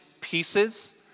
pieces